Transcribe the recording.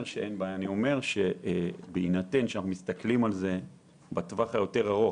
אני אומר שבהינתן שמסתכלים על זה בטווח הארוך יותר,